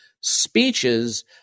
speeches